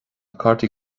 cártaí